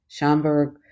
Schomburg